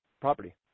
property